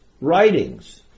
writings